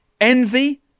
envy